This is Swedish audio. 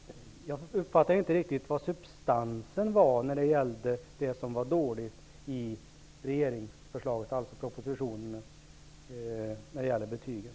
Jag uppfattade inte riktigt substansen i det som sades vara dåligt i propositionen när det gäller betygen.